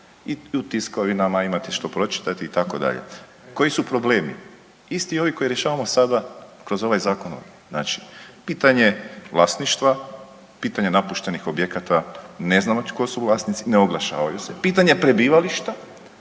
i u tiskovinama imate što pročitati itd. Koji su problemi? Isti ovi koje rješavamo sada kroz ovaj zakon. Znači pitanje vlasništva, pitanje napuštenih objekata ne znamo tko su vlasnici, ne oglašavaju se. Pitanje prebivališta,